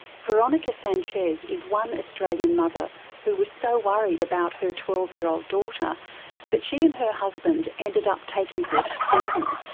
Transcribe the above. veronica sanchez is one australian mother who was so worried about her twelve year old daughter that she and her husband ended up taking her to sweden,